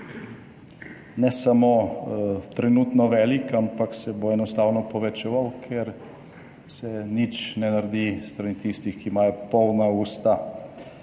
ne samo trenutno velik, ampak se bo enostavno povečeval, ker se nič ne naredi s strani tistih, ki imajo polna usta